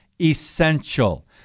essential